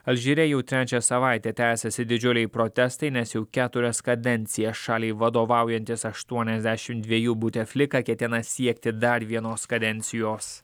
alžyre jau trečią savaitę tęsiasi didžiuliai protestai nes jau keturias kadencijas šaliai vadovaujantis aštuoniasdešim dviejų buteflika ketina siekti dar vienos kadencijos